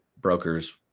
brokers